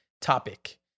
topic